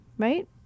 right